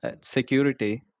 security